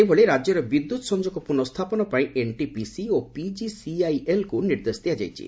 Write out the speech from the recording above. ସେହିଭଳି ରାଜ୍ୟରେ ବିଦ୍ୟୁତ୍ ସଂଯୋଗ ପୁନଃସ୍ଥାପନ ପାଇଁ ଏନ୍ଟିପିସି ଓ ପିକିସିଆଇଏଲ୍କୁ ନିର୍ଦ୍ଦେଶ ଦିଆଯାଇଛି